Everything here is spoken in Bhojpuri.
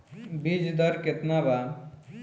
बीज दर केतना बा?